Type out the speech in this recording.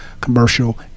commercial